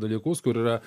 dalykus kur yra